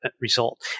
result